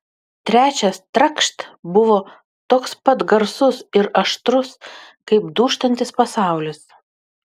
trečias trakšt buvo toks pat garsus ir aštrus kaip dūžtantis pasaulis